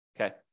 okay